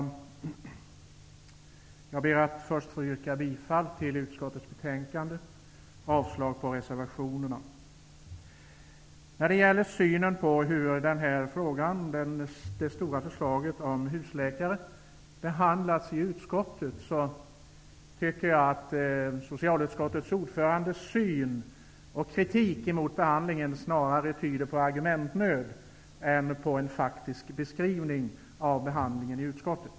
Herr talman! Jag vill först yrka bifall till utskottets hemställan och avslag på reservationerna. Jag tycker att socialutskottets ordförandes syn på hur det omfattande förslaget om husläkare har behandlats i utskottet och kritik mot behandlingen snarare tyder på argumentnöd än på en faktisk beskrivning av behandlingen i utskottet.